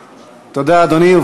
תודה, אדוני.